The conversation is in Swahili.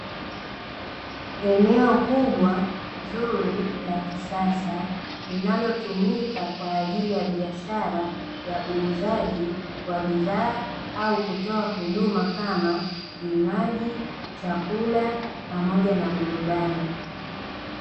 Eneo kubwa zuri la kisasa linalotumika kwa ajili ya biashara ya uuzaji wa bidhaa au kutoa huduma kama vinywaji, chakula, pamoja na burudani.